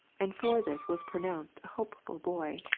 and for this was pronounced a hoj eful boy.